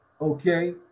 okay